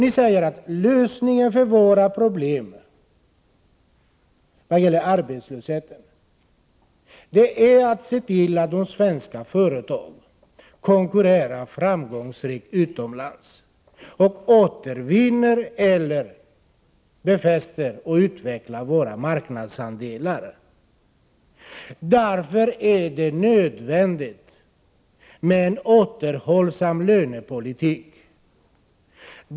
Ni säger att lösningen på våra problem när det gäller arbetslösheten är att se till att de svenska företagen kan konkurrera framgångsrikt utomlands så att de återvinner eller befäster och utvecklar våra marknadsandelar. Därför är det nödvändigt med en återhållsam lönepolitik.